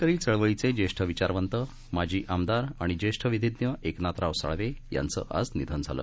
आंबेडकरी चळवळीचे जेष्ठ विचारवंत माजी आमदार आणि जेष्ठ विधीज्ञ एकनाथराव साळवे यांचं आज निधन झालं